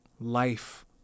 life